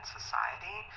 Society